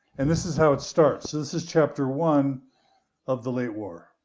and this is how it starts. this is chapter one of the late war.